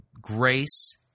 grace